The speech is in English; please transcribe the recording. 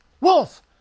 wolf